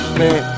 man